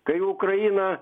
kai į ukrainą